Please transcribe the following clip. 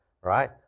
right